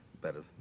Better